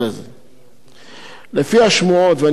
לפי השמועות, ואני מדגיש: לפי השמועות בלבד,